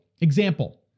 example